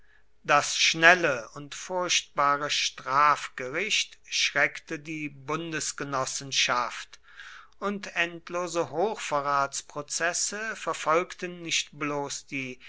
das schnelle und furchtbare strafgericht schreckte die bundesgenossenschaft und endlose hochverratsprozesse verfolgten nicht bloß die